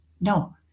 no